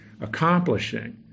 accomplishing